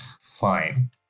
fine